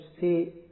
see